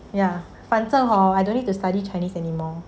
ya 反正 hor I don't need to study chinese anymore